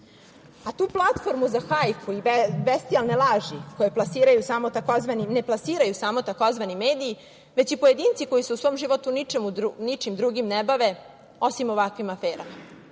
Tu platformu za hajku i besciljne laži koje ne plasiraju samo tzv. mediji već i pojedinci koji se u svom životu ničim drugim ne bave osim ovakvim aferama.